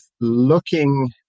looking